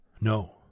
No